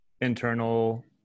internal